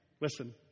Listen